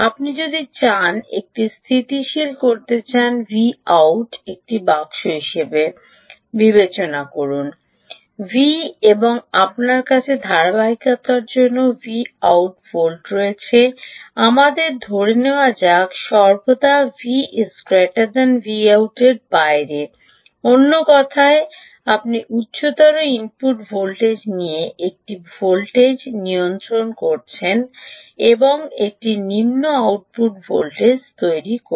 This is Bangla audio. আপনি যদি চান একটি স্থিতিশীল করতে চান Vout এটিকে বাক্স হিসাবে বিবেচনা করুন V¿ এবং আপনার কাছে ধারাবাহিকতার জন্য Vout ভোল্ট রয়েছে আমাদের ধরে নেওয়া যাক সর্বদা V¿ Vout এর বাইরে অন্য কথায় আপনি উচ্চতর ইনপুট ভোল্টেজ নিয়ে একটি ভোল্টেজ নিয়ন্ত্রণ করছেন এবং একটি নিম্ন আউটপুট ভোল্টেজ তৈরি করে